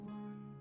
one